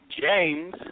James